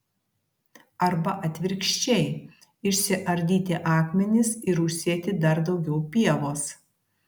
arba atvirkščiai išsiardyti akmenis ir užsėti dar daugiau pievos